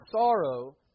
sorrow